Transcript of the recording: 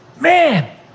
Man